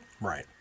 Right